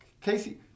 Casey